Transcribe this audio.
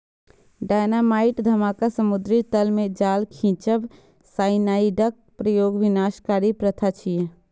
dynamite धमाका, समुद्री तल मे जाल खींचब, साइनाइडक प्रयोग विनाशकारी प्रथा छियै